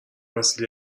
وسیله